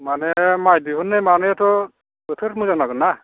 माने माइ दिहुननाय मानायावथ' बोथोर मोजां नांगोन ना